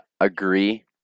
agree